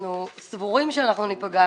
אנחנו סבורים שאנחנו ניפגע.